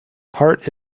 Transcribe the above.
part